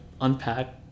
unpack